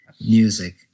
music